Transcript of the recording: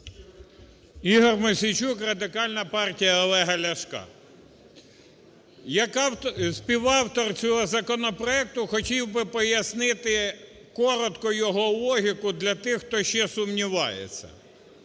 Ігор Мосійчук, Радикальна партія Олега Ляшка. Як співавтор цього законопроекту хотів би пояснити коротко його логіку для тих, хто ще сумнівається.